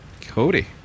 Cody